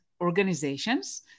organizations